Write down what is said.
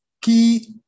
key